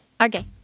Okay